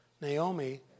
Naomi